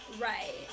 Right